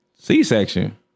C-section